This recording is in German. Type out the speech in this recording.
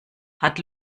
hat